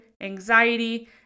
anxiety